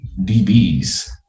DBs